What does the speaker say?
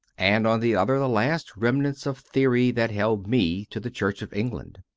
and on the other the last remnants of theory that held me to the church of england.